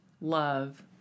love